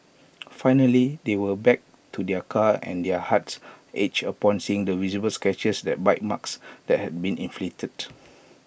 finally they went back to their car and their hearts ached upon seeing the visible scratches that bite marks that had been inflicted